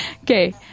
Okay